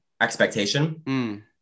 expectation